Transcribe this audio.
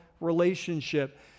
relationship